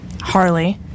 Harley